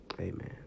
Amen